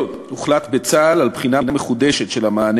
הוחלט בצה"ל על בחינה מחודשת של המענה